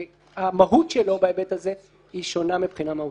שהמהות שלו בהיבט הזה היא שונה מבחינה מהותית.